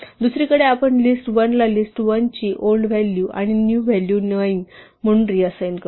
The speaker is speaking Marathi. दुसरीकडे आपण list1 ला लिस्ट 1 ची ओल्ड व्हॅल्यू आणि न्यू व्हॅल्यू 9 म्हणून रीअसाइन करतो